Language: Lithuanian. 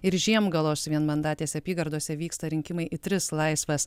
ir žiemgalos vienmandatėse apygardose vyksta rinkimai į tris laisvas